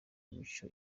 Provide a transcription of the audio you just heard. mico